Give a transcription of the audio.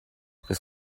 grüß